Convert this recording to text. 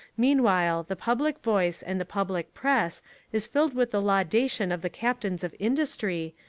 meanwhile the public voice and the public press is filled with the laudation of the captains of industry,